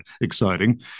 exciting